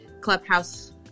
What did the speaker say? clubhouse